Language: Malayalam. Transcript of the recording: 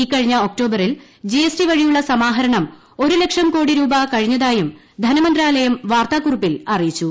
ഇക്കഴിഞ്ഞ ഒക്ടോബറിൽ ജി എസ് ടി വഴിയുള്ള സമാഹരണം ഒരു ലക്ഷം കോടി രൂപ കഴിഞ്ഞതായും ധനമന്ത്രാലയം വാർത്താക്കുറിപ്പിൽ അറിയിച്ചു